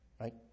right